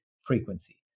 frequency